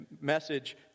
message